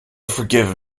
forgive